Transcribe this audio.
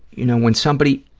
you know, when somebody